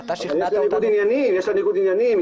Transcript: יש ניגוד עניינים.